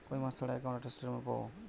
কয় মাস ছাড়া একাউন্টে স্টেটমেন্ট পাব?